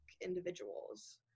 individuals